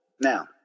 Now